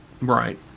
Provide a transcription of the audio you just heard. Right